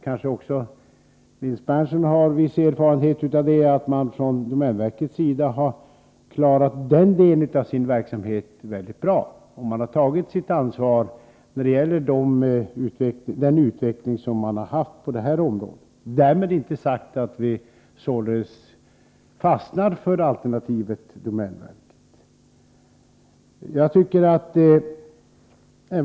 Kanske också Nils Berndtson har viss erfarenhet av det? Domänverket har klarat den delen av sin verksamhet mycket bra. Man har tagit sitt ansvar när det gäller den utveckling som skett på det här området. Därmed inte sagt att vi fastnar för alternativet domänverket.